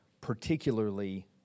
particularly